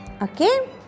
Okay